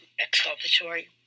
exculpatory